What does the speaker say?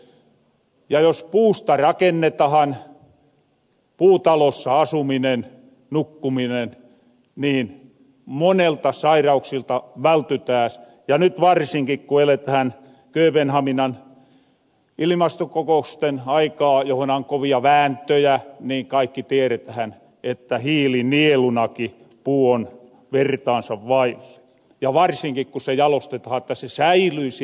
ja jos puusta rakennetahan puutalossa asuminen nukkuminen niin monilta sairauksilta vältyttääs ja nyt varsinkin ku eletähän kööpenhaminan ilimastokokousten aikaa johona on kovia vääntöjä niin kaikki tieretähän että hiilinielunaki puu on vertaansa vailla ja varsinkin kun se jalostetahan että se säilyy siel puun sisällä